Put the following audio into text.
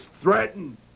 threatened